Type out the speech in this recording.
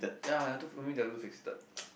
ya it took for me they are too fixed